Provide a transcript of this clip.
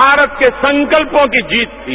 भारत के संकल्यों की जीत थी